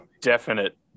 definite